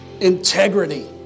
integrity